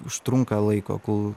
užtrunka laiko kol